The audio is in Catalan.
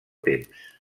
temps